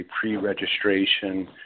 pre-registration